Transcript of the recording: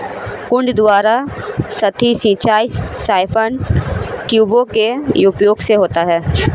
कुंड द्वारा सतही सिंचाई साइफन ट्यूबों के उपयोग से होता है